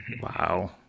Wow